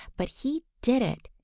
but he did it,